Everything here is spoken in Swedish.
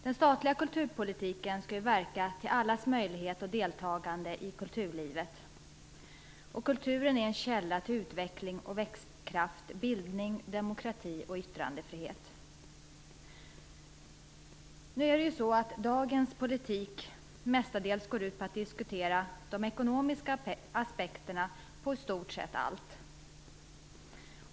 Den statliga kulturpolitiken skall verka för allas möjlighet och deltagande i kulturlivet. Kulturen är en källa till utveckling, växtkraft, bildning, demokrati och yttrandefrihet. Dagens politik går mestadels ut på att diskutera de ekonomiska aspekterna på i stort sett allt.